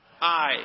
Aye